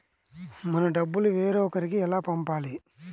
మన డబ్బులు వేరొకరికి ఎలా పంపాలి?